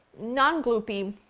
non gloopy,